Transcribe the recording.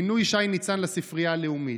מינוי שי ניצן לספרייה הלאומית.